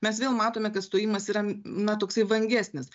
mes vėl matome kad stojimas yra na toksai vangesnis